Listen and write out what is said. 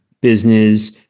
business